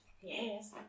Yes